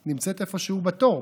היא נמצאת איפשהו בתור,